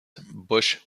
bush